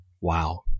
Wow